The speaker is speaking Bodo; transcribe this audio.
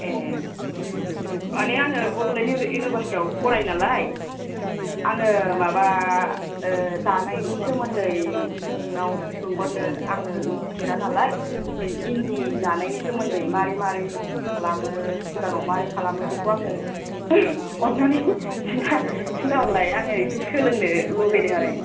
एह माने आङो बड'लेण्ड इउ इउनिभारसिटियाव फरायो नालाय आङो माबा ओह दानायनि सोमोन्दै नोंनाव सोंहरनो आङो मोन्थिफेरा नालाय इन्दि दानायनि सोमोन्दै मारै मारै खालामो सिगाङाव मारै खालामो बेखौ आङो अननानै खिन्था खिन्थाहरलाय आङो एसे सोलोंनो लुगैदों आरो